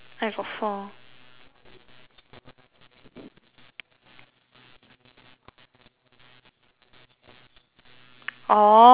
orh